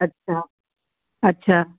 अच्छा अच्छा